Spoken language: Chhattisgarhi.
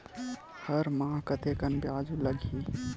हर माह कतेकन ब्याज लगही?